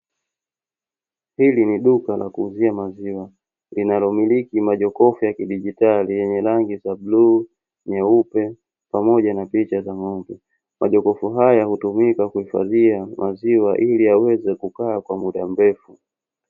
Hili ni duka la kuuzia maziwa, linalomiliki majokofu ya kidigitali lenye rangi za bluu, nyeupe, pamoja na picha za ng'ombe. Majokofu haya hutumika kuhifadhia maziwa ili yaweze kukaa kwa muda mrefu.